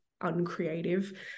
uncreative